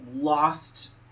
lost